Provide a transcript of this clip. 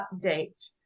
update